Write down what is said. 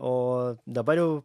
o dabar jau